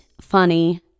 funny